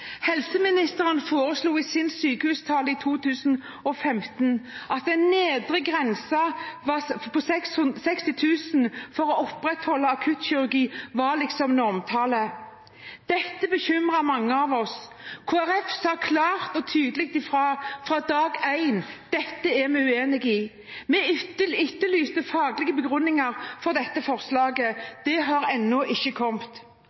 Helseministeren foreslo i sin sykehustale i 2015 en nedre grense på 60 000 for å opprettholde akuttkirurgi – det var liksom normtallet. Dette bekymret mange av oss. Kristelig Folkeparti sa klart og tydelig fra, fra dag én: Dette er vi uenige i. Vi etterlyste faglige begrunnelser for forslaget. De har ennå ikke kommet.